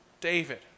David